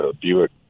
Buick